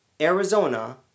Arizona